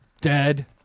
Dead